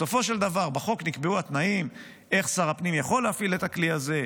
בסופו של דבר בחוק נקבעו התנאים איך שר הפנים יכול להפעיל את הכלי הזה,